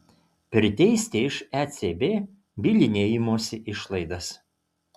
priteisti iš ecb bylinėjimosi išlaidas